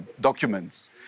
documents